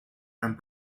and